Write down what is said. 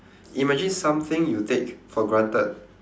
imagine something you take for granted